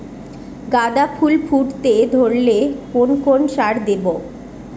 গাদা ফুল ফুটতে ধরলে কোন কোন সার দেব?